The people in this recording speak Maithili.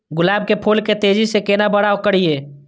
गुलाब के फूल के तेजी से केना बड़ा करिए?